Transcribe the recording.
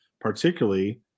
particularly